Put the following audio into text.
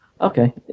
okay